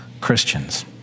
Christians